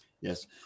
Yes